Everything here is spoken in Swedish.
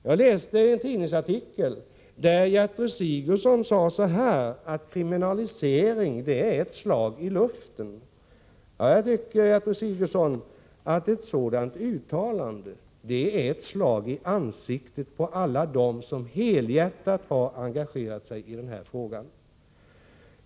Jag läste en tidningsartikel där Gertrud Sigurdsen sade att ”kriminalisering är ett slag i luften”. Ett sådant uttalande, Gertrud Sigurdsen, är ett slag i ansiktet på alla dem som helhjärtat har engagerat sig i denna fråga.